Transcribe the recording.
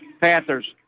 Panthers